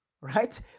right